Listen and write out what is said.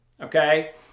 Okay